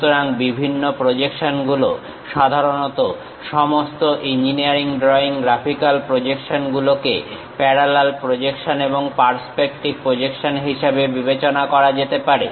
সুতরাং বিভিন্ন প্রজেকশনগুলো সাধারণত সমস্ত ইঞ্জিনিয়ারিং ড্রইং গ্রাফিক্যাল প্রজেকশন গুলোকে প্যারালাল প্রজেকশন এবং পার্সপেক্টিভ প্রজেকশন হিসাবে বিবেচনা করা যেতে পারে